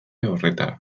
horretara